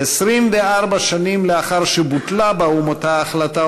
24 שנים לאחר שבוטלה באו"ם אותה החלטה